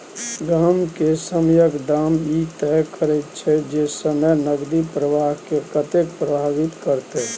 पैसा के समयक दाम ई तय करैत छै जे समय नकदी प्रवाह के कतेक प्रभावित करते